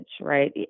right